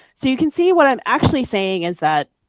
so you can see what i am actually saying is that